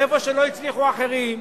איפה שלא הצליחו אחרים,